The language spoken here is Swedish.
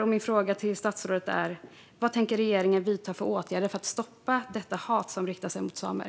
Min fråga till statsrådet är: Vad tänker regeringen vidta för åtgärder för att stoppa detta hat som riktas mot samer?